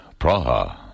Praha